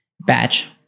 Batch